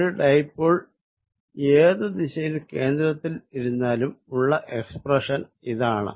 ഒരു ഡൈപോൾ ഏതു ദിശയിൽ കേന്ദ്രത്തിൽ ഇരുന്നാലും ഉള്ള എക്സ്പ്രെഷൻ ഇതാണ്